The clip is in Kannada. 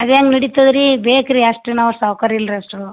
ಅದು ಹೆಂಗ್ ನಡೀತದೆ ರೀ ಬೇಕು ರೀ ಅಷ್ಟು ನಾವು ಸಾಹುಕಾರ ಇಲ್ಲ ರೀ ಅಷ್ಟು